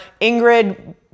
Ingrid